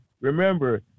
Remember